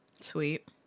Sweet